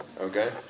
Okay